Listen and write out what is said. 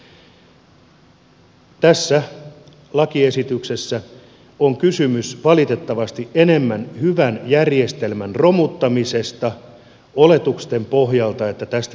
tässä lakiesityksessä on kysymys valitettavasti enemmän hyvän järjestelmän romuttamisesta oletusten pohjalta että tästä tulisi verotuloja